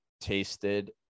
tasted